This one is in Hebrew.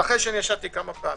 זה אחרי שישבתי כמה פעמים.